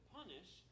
punish